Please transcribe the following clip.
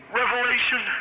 revelation